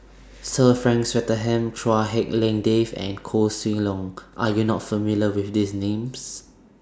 Sir Frank Swettenham Chua Hak Lien Dave and Koh Seng Leong Are YOU not familiar with These Names